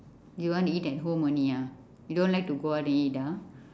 you want to eat at home only ah you don't like to go out and eat ah